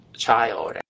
Child